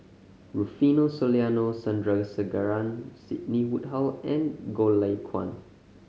Rufino Soliano Sandrasegaran Sidney Woodhull and Goh Lay Kuan